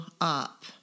up